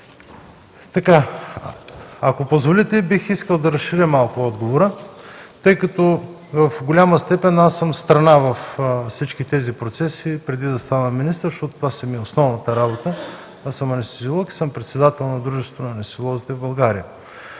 Ако позволите, бих искал да разширя малко отговора, тъй като в голяма степен аз съм страна във всички тези процеси преди да стана министър, защото това е основната ми работа. Аз съм анестезиолог и председател на Дружеството на анестезиолозите в България.